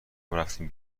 رفتیم